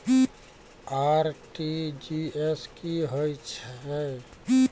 RTGS की होय छै?